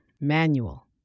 manual